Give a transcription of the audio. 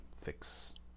fix